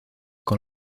con